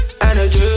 energy